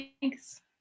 Thanks